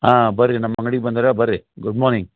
ಹಾಂ ಬರ್ರಿ ನಮ್ಮ ಅಂಗ್ಡಿಗೆ ಬಂದೀರಾ ಬರ್ರಿ ಗುಡ್ ಮಾರ್ನಿಂಗ್